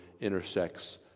intersects